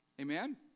Amen